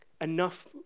enough